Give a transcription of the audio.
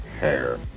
hair